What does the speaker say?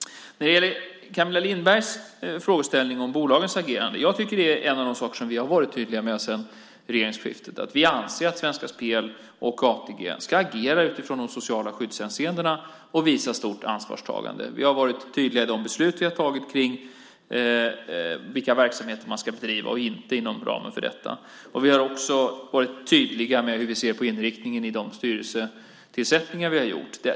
När det gäller Camilla Lindbergs frågeställning om bolagens agerande tycker jag att det är en av de saker vi har varit tydliga med sedan regeringsskiftet. Vi anser att Svenska Spel och ATG ska agera utifrån de sociala skyddshänseendena och visa stort ansvarstagande. Vi har varit tydliga i de beslut vi har fattat om vilka verksamheter man ska bedriva och inte inom ramen för detta. Vi har också varit tydliga med hur vi ser på inriktningen i de styrelsetillsättningar vi har gjort.